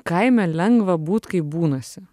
kaime lengva būt kaip bunasi